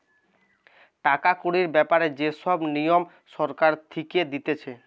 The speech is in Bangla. টাকা কড়ির ব্যাপারে যে সব নিয়ম সরকার থেকে দিতেছে